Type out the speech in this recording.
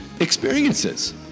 experiences